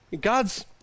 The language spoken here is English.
God's